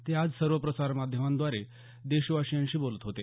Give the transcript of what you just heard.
ते आज सर्व प्रसार माध्यमांद्वारे देशवासियांशी बोलत होते